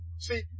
See